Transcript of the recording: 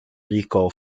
rico